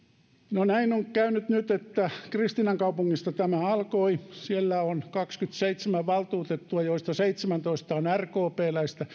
no näin on käynyt nyt että kristiinankaupungista tämä alkoi siellä on kaksikymmentäseitsemän valtuutettua joista seitsemäntoista on rkpläisiä